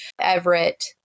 Everett